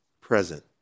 Present